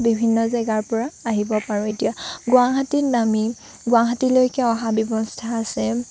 বিভিন্ন জেগাৰ পৰা আহিব পাৰোঁ এতিয়া গুৱাহাটীত নামি গুৱাহাটীলৈকে অহাৰ ব্যৱস্থা আছে